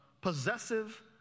possessive